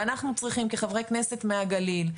ואנחנו צריכים כחברי כנסת מהגליל,